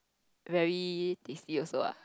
very tasty also ah